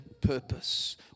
purpose